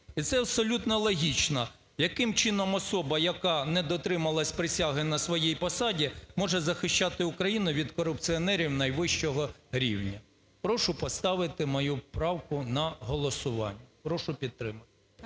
І це абсолютно логічно, яким чином особа, яка не дотрималась присяги на своїй посаді може захищати Україну від корупціонерів найвищого рівня. Прошу поставити мою правку на голосування. Прошу підтримати.